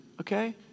okay